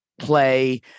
play